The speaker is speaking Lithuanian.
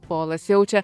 paolas jaučia